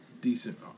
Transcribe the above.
Decent